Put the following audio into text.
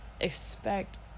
expect